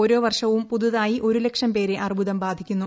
ഓരോ വർഷവും പുതുത്യാിയി ഒരു ലക്ഷം പേരെ അർബുദം ബാധിക്കുന്നു